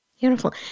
Beautiful